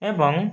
ଏବଂ